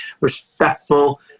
respectful